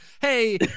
Hey